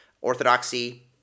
Orthodoxy